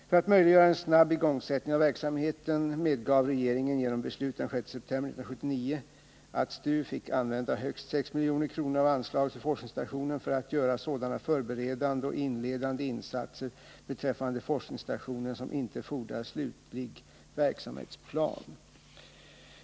För att möjliggöra en snabb igångsättning av verksamheten medgav regeringen genom beslut den 6 september 1979 att STU fick använda högst 6 milj.kr. av anslaget för forskningsstationen för att göra sådana förberedande och inledande insatser beträffande forskningsstationen som inte fordrar slutlig verksamhetsplan.